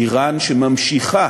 איראן שממשיכה